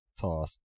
toss